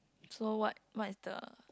so what what is the